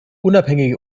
unabhängige